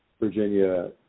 Virginia